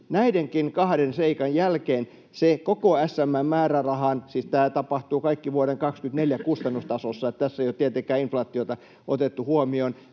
näidenkin kahden seikan jälkeen — ja siis tämä tapahtuu kaikki vuoden 24 kustannustasossa, niin että tässä ei ole tietenkään inflaatiota otettu huomioon